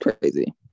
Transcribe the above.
crazy